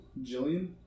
Jillian